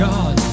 God